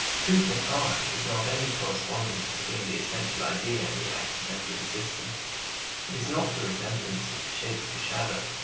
truth in art is not any correspondence between the essential idea and the accidental existence it is not the resemblance of shape to shadow,